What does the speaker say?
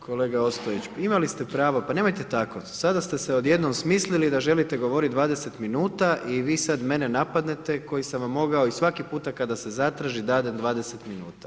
Kolega Ostojić imali ste pravo, pa nemojte tako, sada ste se odjednom smislili da želite govoriti 20 min i vi sada mene napadnete koji sam vam mogao i svaki puta kad se zatraži dadem 20 min.